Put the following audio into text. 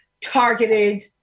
targeted